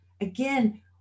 Again